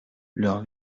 leurs